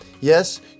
Yes